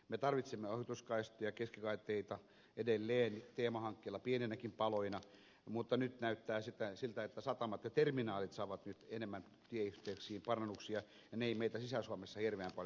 me tarvitsemme ohituskaistoja keskikaiteita edelleen teemahankkeilla pieninäkin paloina mutta nyt näyttää siltä että satamat ja terminaalit saavat enemmän tieyhteyksiin parannuksia ja ne eivät meitä sisä suomessa hirveän paljon auta